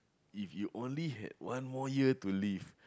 if you only had one more year to live